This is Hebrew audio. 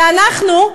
ואנחנו,